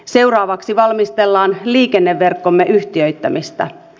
seuraavaksi valmistellaan liikenneverkkomme yhtiöittämistä